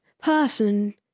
person